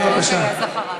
בבקשה.